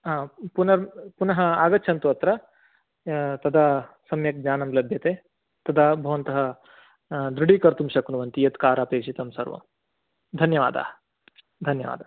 पुनः पुनः आगन्छन्तु अत्र तदा सम्यक् ज्ञानं लब्यते तदा भवन्तः दृढी कर्तुं शक्नुवन्ति यत् कार् अपेक्षितं सर्वं धन्यवादः धन्यवादः